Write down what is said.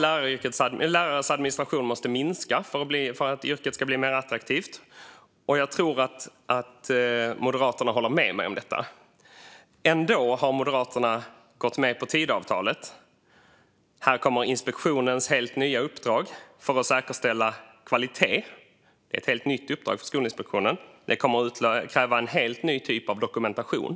Lärarnas administration måste minska för att yrket ska bli mer attraktivt, och jag tror att Moderaterna håller med mig om detta. Ändå har Moderaterna gått med på Tidöavtalet. Här kommer Skolinspektionens nya uppdrag för att säkerställa kvalitet att kräva en helt ny typ av dokumentationen.